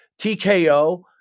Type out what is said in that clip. TKO